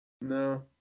No